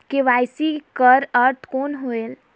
KYC कर अर्थ कौन होएल?